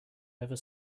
ever